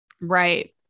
right